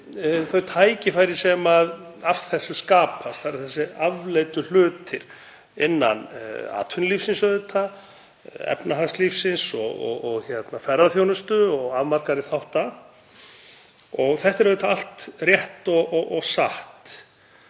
þau tækifæri sem af þessu skapast, þ.e. þessa afleiddu hluti innan atvinnulífsins, efnahagslífsins, ferðaþjónustunnar og afmarkaðri þátta, og það er auðvitað allt rétt og satt.